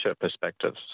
perspectives